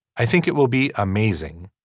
i think it will be amazing.